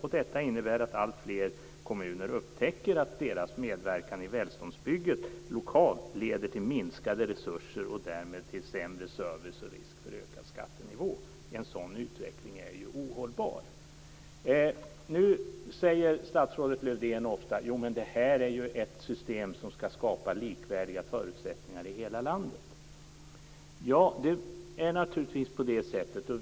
Detta innebär att alltfler kommuner upptäcker att deras medverkan i välståndsbygget lokalt leder till minskade resurser och därmed till sämre service och risk för höjd skattenivå. En sådan utveckling är ohållbar. Nu säger statsrådet Lövdén ofta: Jo, men det här är ju ett system som skall skapa likvärdiga förutsättningar i hela landet. Det är naturligtvis på det sättet.